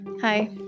Hi